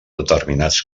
determinats